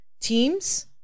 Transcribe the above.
teams